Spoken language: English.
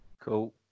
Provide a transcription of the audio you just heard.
Cool